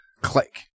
click